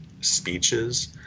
speeches